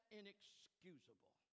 inexcusable